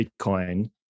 Bitcoin